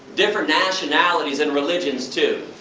different nationalities and religions too,